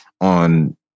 on